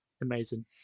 amazing